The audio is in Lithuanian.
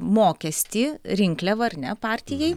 mokestį rinkliavą ar ne partijai